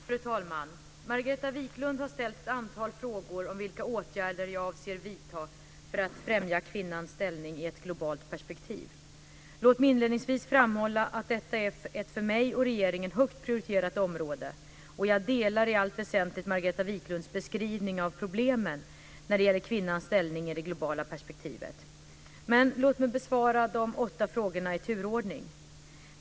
Fru talman! Margareta Viklund har ställt ett antal frågor om vilka åtgärder jag avser vidta för att främja kvinnans ställning i ett globalt perspektiv. Låt mig inledningsvis framhålla att detta är ett för mig och regeringen högt prioriterat område. Jag delar i allt väsentligt Margareta Viklunds beskrivning av problemen när det gäller kvinnans ställning i det globala perspektivet. Låt mig besvara de åtta frågorna i turordning.